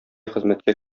хезмәткә